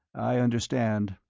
i understand.